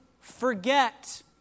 forget